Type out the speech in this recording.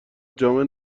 جامعه